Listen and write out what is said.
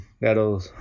that'll